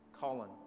Colin